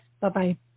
Bye-bye